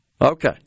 Okay